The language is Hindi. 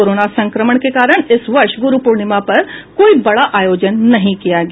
कोरोना संक्रमण के कारण इस वर्ष गुरु पूर्णिमा पर कोई बड़ा आयोजन नही किया गया